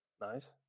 Nice